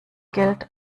geld